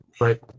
right